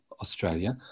Australia